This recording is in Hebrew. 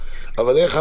ודאי.